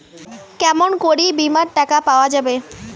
কেমন করি বীমার টাকা পাওয়া যাবে?